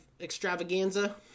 extravaganza